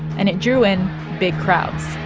and it drew in big crowds